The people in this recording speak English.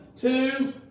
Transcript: two